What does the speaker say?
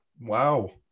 Wow